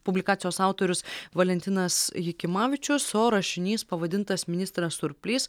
publikacijos autorius valentinas jakimavičius o rašinys pavadintas ministras surplys